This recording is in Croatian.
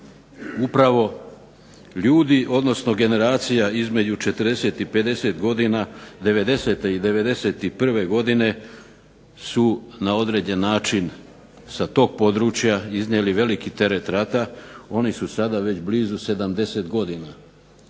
upravo ljudi, odnosno generacija između 40 i 50 godina, '90-te i '91. godine su na određen način sa tog područja iznijeli veliki teret rata. Oni su sada već blizu 70 godina.